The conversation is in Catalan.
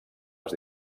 les